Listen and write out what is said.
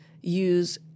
use